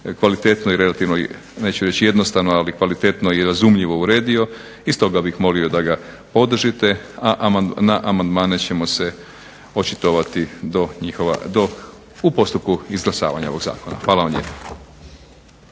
kvalitetno i relativno neću reći jednostavno ali kvalitetno i razumljivo uredio i stoga bih molio da ga podržite. A na amandmane ćemo se očitovati u postupku izglasavanja ovog Zakona. Hvala vam lijepa.